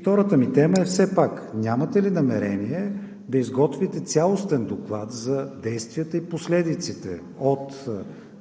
втората ми тема е: все пак нямате ли намерение да изготвите цялостен доклад за действията и последиците от